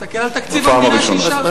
תסתכל על תקציב המדינה שאישרת.